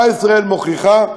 מה ישראל מוכיחה?